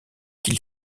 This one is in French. qu’il